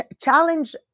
challenge